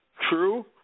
True